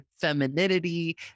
femininity